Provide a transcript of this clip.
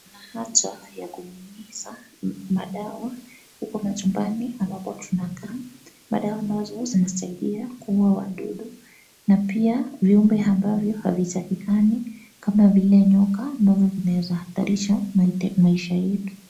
Kuna haja ya kunyunyiza madawa uko machumbani ambapo tunakaa madawa ambazo zinasaidia kuuwa wadudu na pia viumbe ambavyo havitakikani kama vile nyoka ambavyo vinaweza hadhirisha maisha yetu.